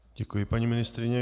Děkuji, paní ministryně.